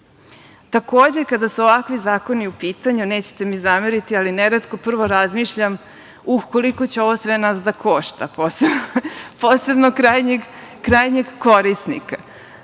kada su ovakvi zakoni u pitanju nećete mi zameriti, ali neretko prvo razmišljam koliko će ovo sve nas da košta, posebno krajnjeg korisnika.